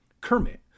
Kermit